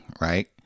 right